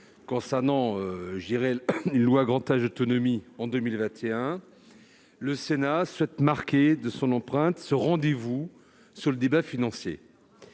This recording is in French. concernant un projet de loi Grand âge et autonomie en 2021, mais le Sénat souhaite marquer de son empreinte ce rendez-vous sur le débat financier.